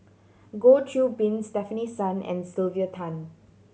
Goh Qiu Bin Stefanie Sun and Sylvia Tan